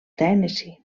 tennessee